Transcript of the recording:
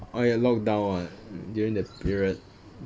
oh ya lockdown [what] during that period